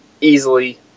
easily